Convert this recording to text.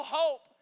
hope